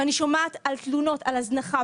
ואני שומעת על תלונות, על הזנחה.